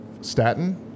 statin